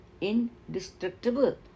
indestructible